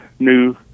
new